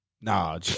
Nah